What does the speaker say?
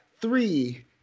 three